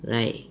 right